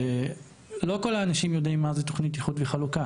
לא כל האנשים יודעים מה זה איחוד וחלוקה